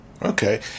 Okay